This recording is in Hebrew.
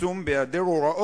משום שבתוך החוק,